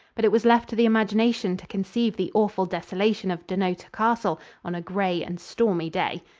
but it was left to the imagination to conceive the awful desolation of dunnottar castle on a gray and stormy day.